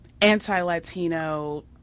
anti-Latino